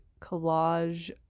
collage